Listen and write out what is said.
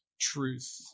Truth